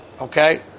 Okay